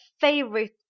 favorite